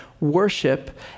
worship